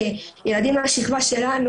ילדים מהשכבה שלנו,